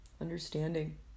Understanding